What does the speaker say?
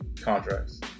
contracts